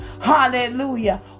Hallelujah